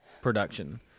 production